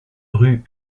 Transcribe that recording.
rue